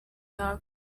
hafi